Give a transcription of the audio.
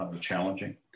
challenging